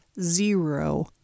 zero